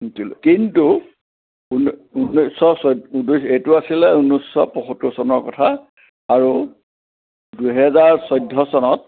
কিন্তু উনৈ ঊনৈছশ চৈ এইটো আছিলে ঊনৈছশ পঁয়সত্তৰ চনৰ কথা আৰু দুহেজাৰ চৈধ্য চনত